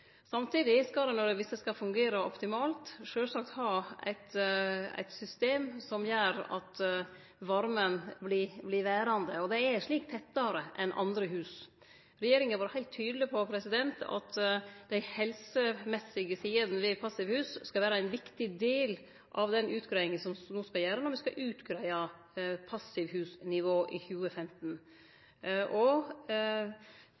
Samtidig skal ein, om det skal fungere optimalt, sjølvsagt ha eit system som gjer at varmen vert verande. Dei er slik sett tettare enn andre hus. Regjeringa har vore heilt tydeleg på at dei helsemessige sidene ved passivhus skal vere ein viktig del av den utgreiinga som me no skal gjere, når me skal greie ut passivhusnivå i 2015.